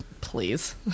please